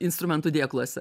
instrumentų dėkluose